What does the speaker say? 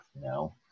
no